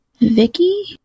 Vicky